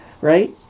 Right